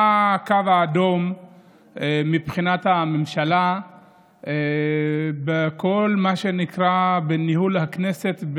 מה הקו האדום מבחינת הממשלה בכל מה שנקרא ניהול הכנסת,